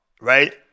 right